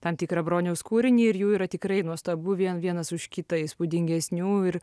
tam tikrą broniaus kūrinį ir jų yra tikrai nuostabių vien vienas už kitą įspūdingesnių ir